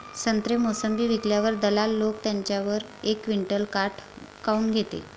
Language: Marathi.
संत्रे, मोसंबी विकल्यावर दलाल लोकं त्याच्यावर एक क्विंटल काट काऊन घेते?